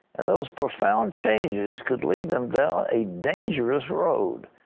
and those profound changes could lead them down a dangerous road.